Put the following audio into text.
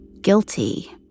guilty